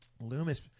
Loomis